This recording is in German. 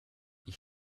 ich